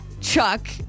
Chuck